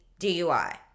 DUI